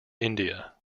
india